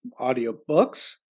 audiobooks